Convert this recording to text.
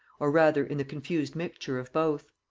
or rather in the confused mixture of both.